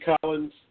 Collins